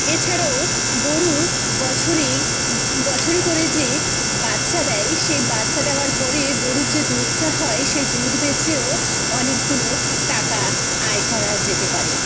এছাড়াও গরুর বছরে বছরে করে যে বাচ্ছা দেয় সেই বাচ্ছা দেওয়ার পরে গরুর যে দুধটা হয় সেই দুধ বেচেও অনেকগুলো টাকা আয় করা যেতে পারে